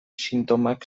sintomak